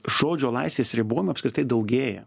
žodžio laisvės ribojimų apskritai daugėja